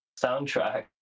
soundtrack